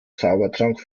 zaubertrank